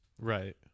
Right